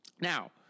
Now